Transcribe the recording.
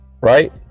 right